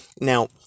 Now